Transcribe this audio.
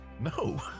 No